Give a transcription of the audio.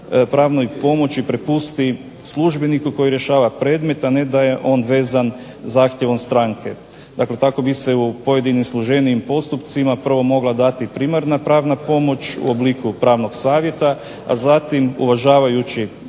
pravnoj pomoći prepusti službeniku koji rješava predmet, a ne da je on vezan zahtjevom stranke. Dakle, tako bi se u pojedinim složenijim postupcima prvo mogla dati primarna pravna pomoć u obliku pravnog savjeta, a zatim uvažavajući